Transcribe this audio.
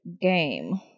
Game